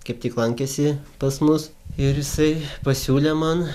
kaip tik lankėsi pas mus ir jisai pasiūlė man